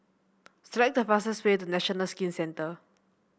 select the fastest way to National Skin Centre